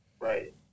Right